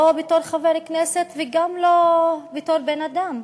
לא בתור חבר כנסת וגם לא בתור בן-אדם.